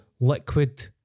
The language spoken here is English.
Liquid